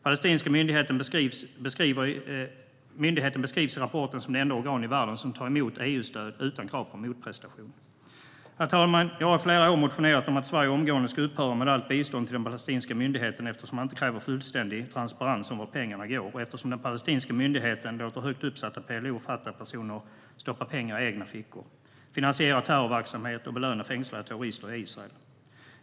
Palestinska myndigheten beskrivs i rapporten som det enda organ i världen som tar emot EU-stöd utan krav på motprestation. Herr talman! Jag har i flera år motionerat om att Sverige omgående ska upphöra med allt bistånd till den palestinska myndigheten, eftersom man inte kräver fullständig transparens om vart pengarna går och eftersom den palestinska myndigheten låter högt uppsatta PLO och Fatah-personer stoppa pengar i egna fickor, finansiera terrorverksamhet och belöna fängslade terrorister i Israel.